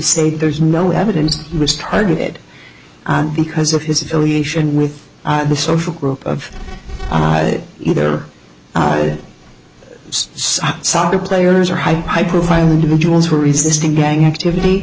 say there's no evidence was targeted because of his affiliation with the social group of either soccer players or high high profile individuals who are resisting gang activity